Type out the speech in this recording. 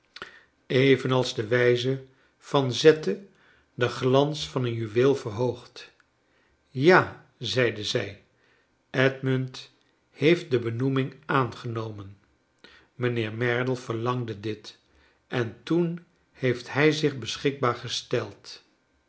evenals de wijze van zetten den glans van een juweel verhoogt ja zeide zij edmund heeft de benoeming aangenomen mijnheer merdle verlangde dit en toen heeft hij zich beschikbaar gesteld